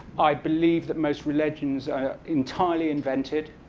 i believe that most religions are entirely invented.